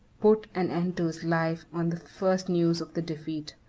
put an end to his life on the first news of the defeat.